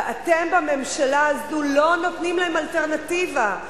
ואתם, בממשלה הזו, לא נותנים להם אלטרנטיבה.